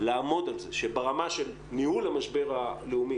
לעמוד על זה שברמה של ניהול המשבר הלאומי